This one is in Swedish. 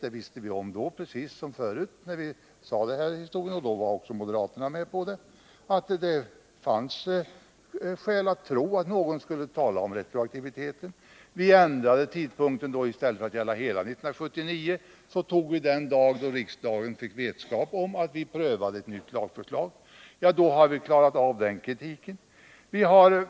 Vi visste precis som förut — och då var moderaterna med på det —att det fanns skäl att tro att någon skulle tala om retroaktivitet. Därför gjorde vi den ändringen att i stället för att gälla hela 1979 skulle de nya reglerna gälla från den dag då riksdagen fick vetskap om att den skulle pröva ett nytt lagförslag. Därmed har vi klarat av den kritiken.